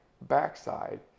backside